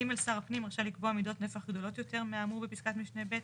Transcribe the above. (ג) שר הפנים רשאי לקבוע מידות נפח גדולות יותר מהאמור בפסקת משנה (ב),